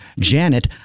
Janet